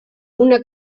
una